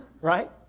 right